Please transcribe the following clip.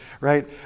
right